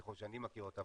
ככל שאני מכיר אותם,